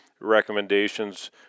recommendations